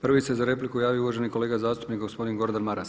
Prvi se za repliku javio uvaženi kolega zastupnik gospodin Gordan Maras.